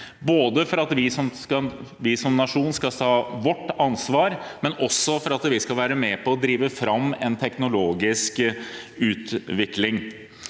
både for at vi som nasjon skal ta vårt ansvar, og for at vi skal være med på å drive fram en teknologisk utvikling.